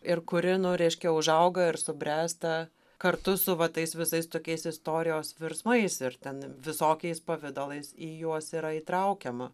ir kuri nu reiškia užauga ir subręsta kartu su va tais visais tokiais istorijos virsmais ir ten visokiais pavidalais į juos yra įtraukiama